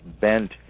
bent